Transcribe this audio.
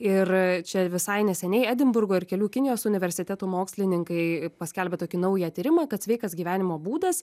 ir čia visai neseniai edinburgo ir kelių kinijos universitetų mokslininkai paskelbė tokį naują tyrimą kad sveikas gyvenimo būdas